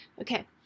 Okay